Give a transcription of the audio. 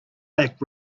black